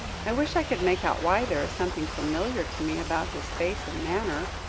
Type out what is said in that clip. i wish i could make out why there is something familiar to me about his face and manner.